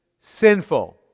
sinful